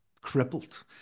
crippled